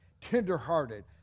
tenderhearted